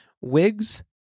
Wigs